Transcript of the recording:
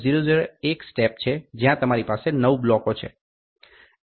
001 step છે જ્યાં તમારી પાસે 9 બ્લોકો છે 1